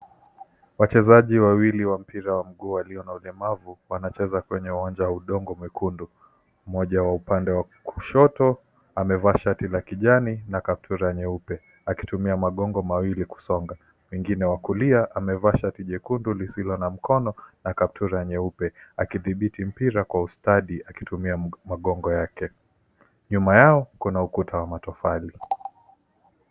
Wachezaji wawili wa mpira wa mguu walio na ulemavu wanacheza kwenye uwanja wa udongo mwekundu. Mmoja wa upande wa kushoto amevaa shati la kijani na kaptura nyeupe akitumia magongo mawili kusonga. Mwingine wa kulia amevaa shati jekundu lisilo na mkono na kaptura nyeupe akidhibiti mpira kwa ustadi akitumia magongo yake. Nyuma yao kuna ukuta wa matofali.